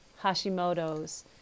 Hashimoto's